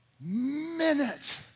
minute